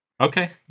okay